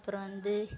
அப்புறம் வந்து